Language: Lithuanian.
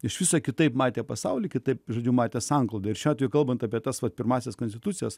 iš viso kitaip matė pasaulį kitaip žodžiu matė sanklodą ir šiuo atveju kalbant apie tas vat pirmąsias konstitucijas